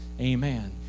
Amen